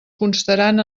constaran